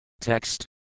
Text